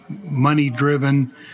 money-driven